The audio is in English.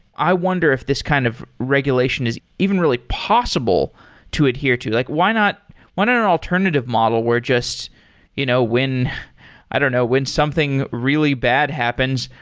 i wonder if this kind of regulation is even really possible to adhere to. like why not why not an alternative model where just you know when i don't know, when something really bad happens,